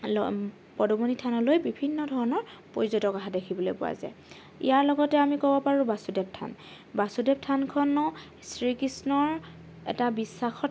পদুমণি থানলৈ বিভিন্ন ধৰণৰ পৰ্যটক অহা দেখিবলৈ পোৱা যায় ইয়াৰ লগতে আমি ক'ব পাৰোঁ বাসুদেৱ থান বাসুদেৱ থানখনো শ্ৰীকৃষ্ণৰ এটা বিশ্বাসত